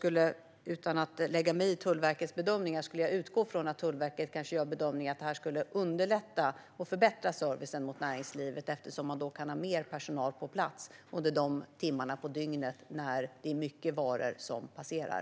Utan att lägga mig i Tullverkets uppfattning skulle jag utgå från att Tullverket gör bedömningen att detta arbete skulle underlätta och förbättra servicen mot näringslivet eftersom det kan finnas mer personal på plats under de timmar på dygnet när det är mycket varor som passerar.